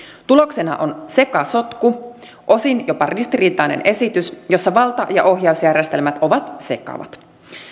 tuloksena on sekasotku osin jopa ristiriitainen esitys jossa valta ja ohjausjärjestelmät ovat sekavat